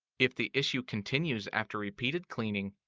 if the issue continues after repeated cleaning,